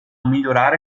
migliorare